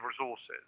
resources